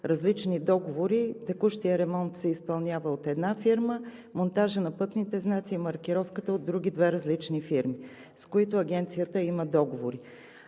различни договори. Текущият ремонт се изпълнява от една фирма, монтажът на пътните знаци и маркировката от други две различни фирми, с които Агенцията има договори.